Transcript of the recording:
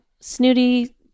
snooty